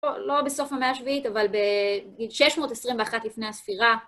לא בסוף המאה השביעית, אבל בגיל 621 לפני הספירה.